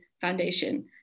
foundation